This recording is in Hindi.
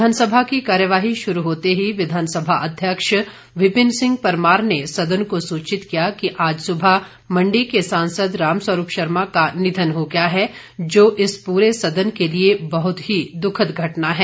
विधानसभा की कार्यवाही शुरू होते ही विधानसभा अध्यक्ष विपिन सिंह परमार ने सदन को सूचित किया कि आज सुबह मंडी के सांसद राम स्वरूप शर्मा का निधन हो गया है जो इस पूरे सदन के लिए बहुत ही दुखद घटना है